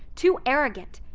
too arrogant.